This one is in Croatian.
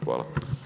Hvala.